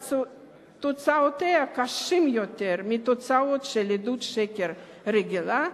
ותוצאותיה קשות יותר מתוצאות של עדות שקר רגילה,